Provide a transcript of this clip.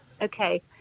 okay